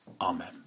Amen